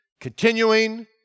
continuing